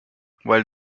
well